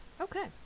Okay